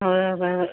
അതെ അതെ